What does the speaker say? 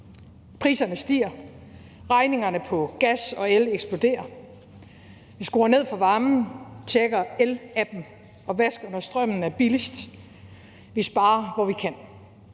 Priserne stiger, regningerne på gas og el eksploderer. Vi skruer ned for varmen, tjekker el-appen og vasker, når strømmen er billigst. Vi sparer, hvor vi kan.